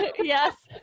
yes